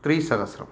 त्रिसहस्रम्